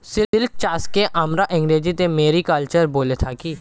silk চাষকে আমরা ইংরেজিতে সেরিকালচার বলে থাকি